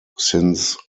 since